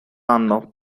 anno